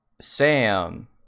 sam